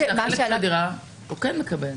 שלו --- החלק בדירה הוא כן מקבל.